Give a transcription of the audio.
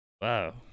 Wow